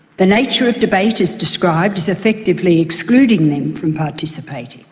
the nature of debate as described is effectively excluding them from participation,